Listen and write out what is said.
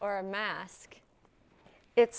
or a mask it's